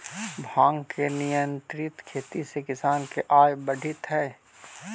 भाँग के नियंत्रित खेती से किसान के आय बढ़ित हइ